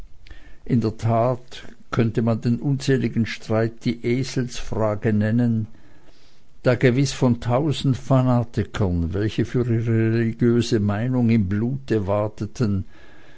in der tat könnte man den unseligen streit die eselfrage nennen da gewiß von tausend fanatikern welche für ihre religiöse meinung im blute wateten